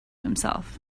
himself